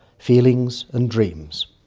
feelings and dreams.